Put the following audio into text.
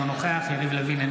אינו נוכח יריב לוין,